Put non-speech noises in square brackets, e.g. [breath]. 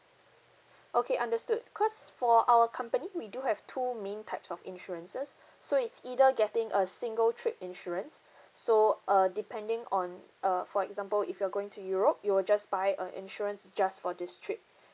okay understood cause for our company we do have two main types of insurances [breath] so it's either getting a single trip insurance [breath] so uh depending on uh for example if you are going to europe you will just buy a insurance just for this trip